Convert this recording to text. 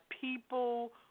people